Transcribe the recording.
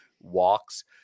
walks